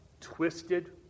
twisted